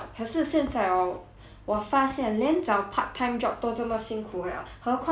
我发现连找 part time job 都这么辛苦 liao 何况是一个 full time job eh